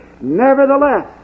nevertheless